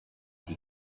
die